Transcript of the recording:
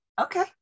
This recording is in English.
Okay